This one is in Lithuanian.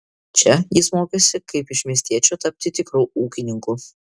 čia jis mokėsi kaip iš miestiečio tapti tikru ūkininku